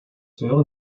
hören